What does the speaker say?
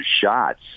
shots